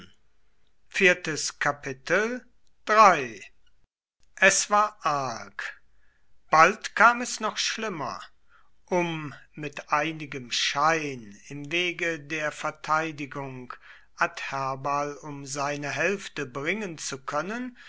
es war arg bald kam es noch schlimmer um mit einigem schein im wege der verteidigung adherbal um seine hälfte bringen zu können